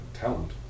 Talent